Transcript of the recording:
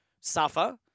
suffer